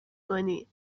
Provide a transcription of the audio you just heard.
کنی